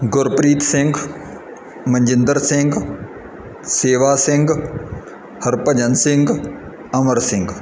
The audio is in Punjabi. ਗੁਰਪ੍ਰੀਤ ਸਿੰਘ ਮਨਜਿੰਦਰ ਸਿੰਘ ਸੇਵਾ ਸਿੰਘ ਹਰਭਜਨ ਸਿੰਘ ਅਮਰ ਸਿੰਘ